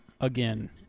Again